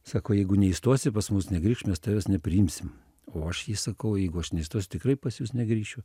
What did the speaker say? sako jeigu neįstosi pas mus negrįšk nes tavęs nepriimsim o aš jai sakau jeigu aš neįstosiu tikrai pas jus negrįšiu